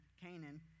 Canaan